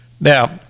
Now